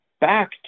back